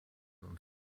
und